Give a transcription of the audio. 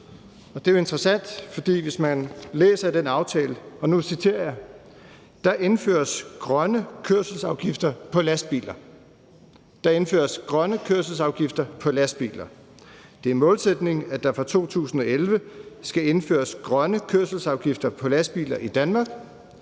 det er jo interessant, for i den aftale står der, og nu citerer jeg: »Der indføres grønne kørselsafgifter på lastbiler. Det er målsætningen, at der fra 2011 skal indføres grønne kørselsafgifter på lastbiler i Danmark.